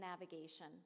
navigation